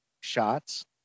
shots